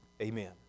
amen